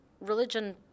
religion